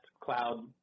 cloud